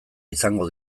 izango